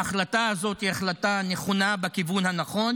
ההחלטה הזאת היא החלטה נכונה בכיוון הנכון.